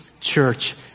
church